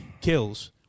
kills